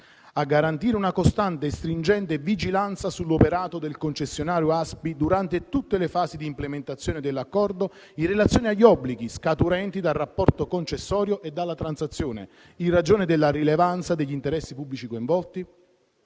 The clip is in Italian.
a garantire una costante e stringente vigilanza sull'operato del concessionario ASPI durante tutte le fasi di implementazione dell'accordo in relazione agli obblighi scaturenti dal rapporto concessorio e dalla transazione, in ragione della rilevanza degli interessi pubblici coinvolti;